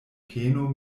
peno